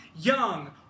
Young